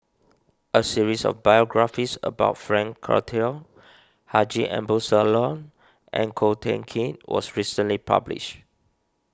a series of biographies about Frank Cloutier Haji Ambo Sooloh and Ko Teck Kin was recently published